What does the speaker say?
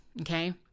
Okay